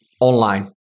online